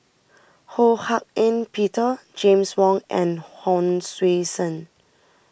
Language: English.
Ho Hak Ean Peter James Wong and Hon Sui Sen